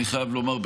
אני חייב לומר,